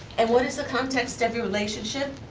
and what is the context of your relationship?